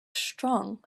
strong